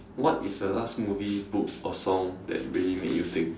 what is the last movie book or song that really made you think